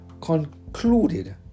concluded